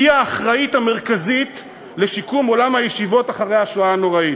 היא האחראית המרכזית לשיקום עולם הישיבות אחרי השואה הנוראית.